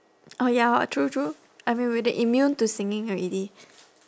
oh ya hor true true I mean we're the immune to singing already